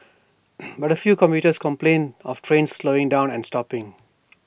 but A few commuters complained of trains slowing down and stopping